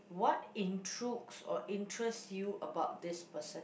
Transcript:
what intrigues or interest you about this person